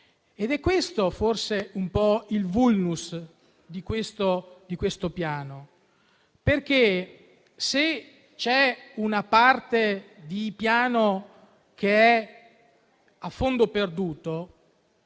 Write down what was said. ed è questo forse il *vulnus* di questo Piano. Se c'è una parte di Piano che è a fondo perduto